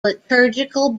liturgical